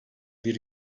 bir